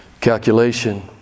calculation